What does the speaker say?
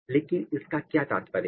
लेकिन इसका क्या तात्पर्य है